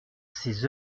ces